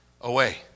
Away